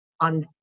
on